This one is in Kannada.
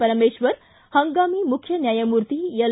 ಪರಮೇಶ್ವರ್ ಹಂಗಾಮಿ ಮುಖ್ಯ ನ್ಯಾಯಮೂರ್ತಿ ಎಲ್